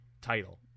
title